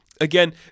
Again